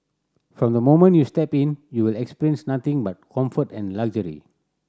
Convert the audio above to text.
from the moment you step in you will experience nothing but comfort and luxury